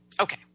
Okay